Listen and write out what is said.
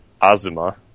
Azuma